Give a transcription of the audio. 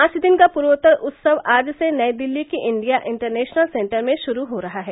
पांच दिन का पूर्वोत्तर उत्सव आज से नई दिल्ली के इंडिया इंटरनेशनल सेंटर में शुरू हो रहा है